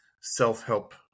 self-help